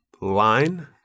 line